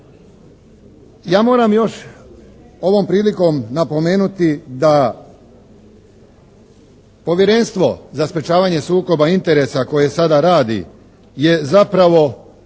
Ja moram još ovom prilikom napomenuti da Povjerenstvo za sprečavanje sukoba interesa koje sada radi je zapravo